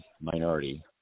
minority